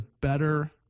better